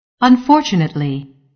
Unfortunately